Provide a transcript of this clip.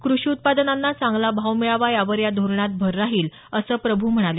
कृषी उत्पादनांना चांगला भाव मिळावा यावर या धोरणात भर राहील असं प्रभू म्हणाले